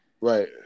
Right